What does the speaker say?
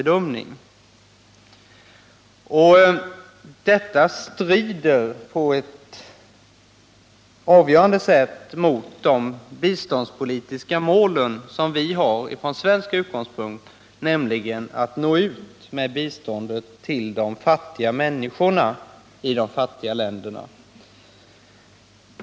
Detta strider på ett avgörande sätt mot de biståndspolitiska mål som vi har sait upp från svensk sida, nämligen att nå ut med biståndet till de fattiga människorna i de fattiga länderna.